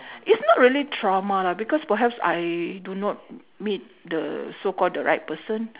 it's not really trauma lah because perhaps I do not need the so-called the right person